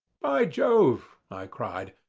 by jove! i cried,